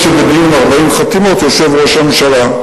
כמו שבדיון של 40 חתימות יושב ראש הממשלה.